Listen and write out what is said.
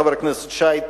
חבר הכנסת שי,